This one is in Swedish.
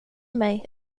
mig